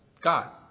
God